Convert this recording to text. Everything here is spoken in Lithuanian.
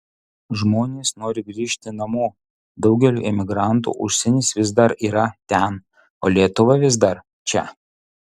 žmonės nori grįžti namo daugeliui emigrantų užsienis vis dar yra ten o lietuva vis dar čia